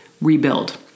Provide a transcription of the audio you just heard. rebuild